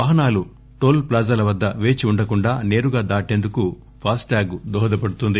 వాహనాలు టోల్ ప్లాజాల వద్ద పేచి ఉండకుండా సేరుగా దాటేందుకు ఫాస్ట్ టాగ్ దోహదపడుతుంది